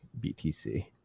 BTC